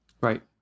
Right